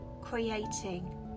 creating